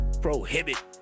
prohibit